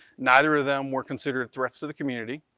neither of them were considered threats to the community,